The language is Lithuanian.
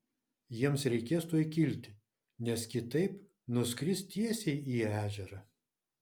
jiems reikės tuoj kilti nes kitaip nuskris tiesiai į ežerą